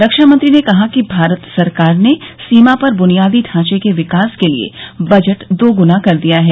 रक्षा मंत्री ने कहा कि भारत सरकार ने सीमा पर बुनियादी ढांचे के विकास के लिए बजट दोगुना कर दिया है